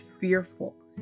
fearful